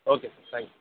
okay sir thanks